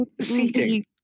seating